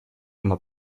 immer